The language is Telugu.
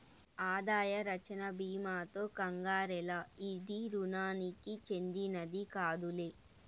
ఆదాయ రచ్చన బీమాతో కంగారేల, ఇది రుణానికి చెందినది కాదులే